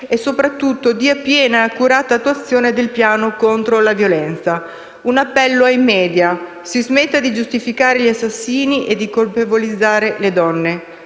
e soprattutto dia piena ed accurata attuazione al piano contro la violenza. Un appello ai *media*: si smetta di giustificare gli assassini e di colpevolizzare le donne.